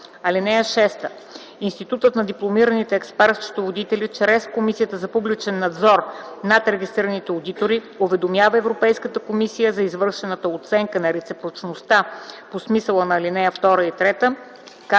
(6) Институтът на дипломираните експерт-счетоводители чрез Комисията за публичен надзор над регистрираните одитори уведомява Европейската комисия за извършената оценка на реципрочността по смисъла на ал. 2 и 3,